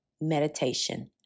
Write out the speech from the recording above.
meditation